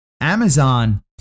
Amazon